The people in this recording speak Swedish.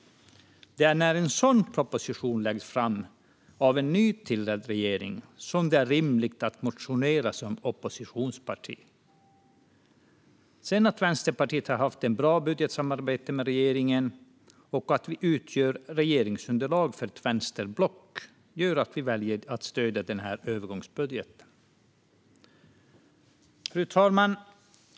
Det är när en sådan proposition läggs fram av en nytillträdd regering som det är rimligt att motionera som oppositionsparti. Att Vänsterpartiet haft bra budgetsamarbete med regeringen och att vi utgör regeringsunderlag för ett vänsterblock gör också att vi väljer att stödja övergångsbudgeten. Fru talman!